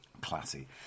Classy